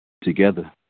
Together